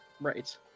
Right